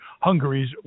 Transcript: Hungary's